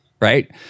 Right